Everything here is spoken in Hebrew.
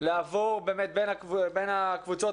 לעבור בין הקבוצות,